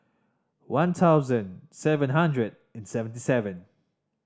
one thousand seven hundred and seventy seven